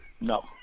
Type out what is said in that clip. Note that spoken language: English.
No